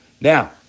Now